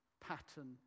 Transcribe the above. pattern